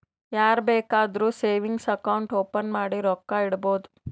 ಯಾರ್ ಬೇಕಾದ್ರೂ savings account open ಮಾಡಿ ರೊಕ್ಕಾ ಇಡ್ಬೋದು